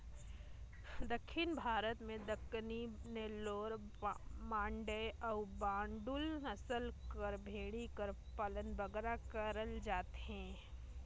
दक्खिन भारत में दक्कनी, नेल्लौर, मांडय अउ बांडुल नसल कर भेंड़ी कर पालन बगरा करल जाथे